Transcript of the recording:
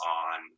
on